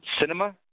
Cinema